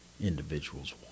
individuals